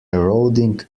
eroding